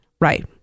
Right